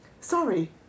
Sorry